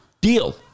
deal